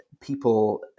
people